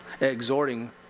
exhorting